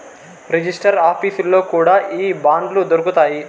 register ఆఫీసుల్లో కూడా ఈ బాండ్లు దొరుకుతాయి